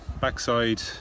Backside